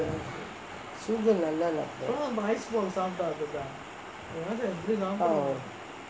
sugar நல்லாலே:nallaalae